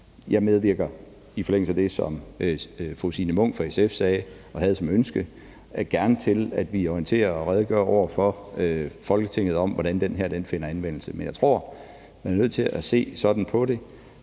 Jeg medvirker i forlængelse af det, som fru Signe Munk fra SF sagde og havde som ønske, gerne til, at vi orienterer og redegør over for Folketinget for, hvordan den her bemyndigelse finder anvendelse. Men jeg tror, at man er nødt til at se sådan på det,